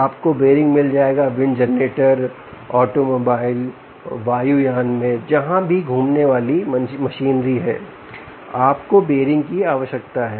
आपको बीयरिंग मिल जाएगा विंड जनरेटरऑटोमोबाइल वायुयान में जहां भी घूमने वाली मशीनरी है आपको बीयरिंग की आवश्यकता है